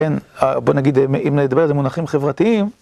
כן, בואו נגיד, אם נדבר על זה מונחים חברתיים.